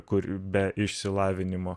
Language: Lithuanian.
kur be išsilavinimo